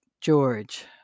George